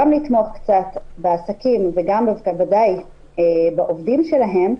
לתמוך קצת בעסקים וגם בוודאי בעובדים שלהם,